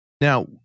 Now